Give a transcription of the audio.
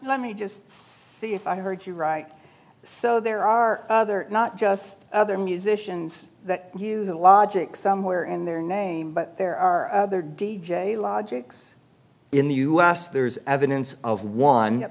let me just see if i heard you right so there are other not just other musicians that logic somewhere in their name but there are other d j logics in the us there's evidence of one